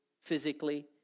physically